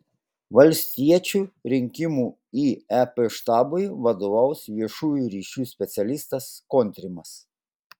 valstiečių rinkimų į ep štabui vadovaus viešųjų ryšių specialistas kontrimas